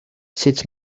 sut